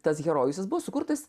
tas herojus jis buvo sukurtas